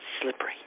slippery